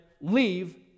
leave